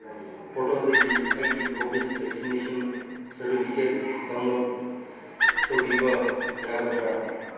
ꯄꯣꯔꯇꯦꯜꯗꯒꯤ ꯑꯩꯒꯤ covid vaccination certificate download ꯇꯧꯕꯤꯕ ꯌꯥꯒꯗ꯭ꯔ